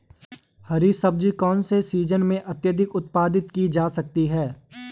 हरी सब्जी कौन से सीजन में अत्यधिक उत्पादित की जा सकती है?